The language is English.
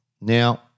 now